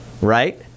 Right